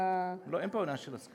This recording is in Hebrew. אתה, לא, אין פה עניין של הסכמה.